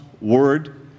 Word